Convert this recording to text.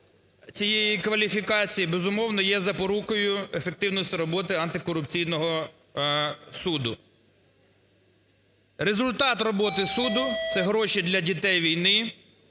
цієї кваліфікації, безумовно, є запорукою ефективності роботи антикорупційного суду. Результат роботи суду – це гроші для дітей-війни,